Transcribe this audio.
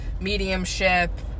mediumship